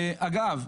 אגב,